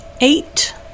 Eight